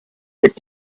that